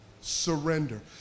surrender